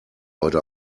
heute